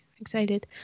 Excited